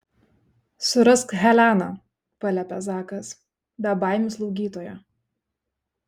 surask heleną paliepia zakas bebaimių slaugytoją